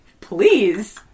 please